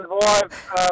survive